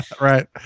right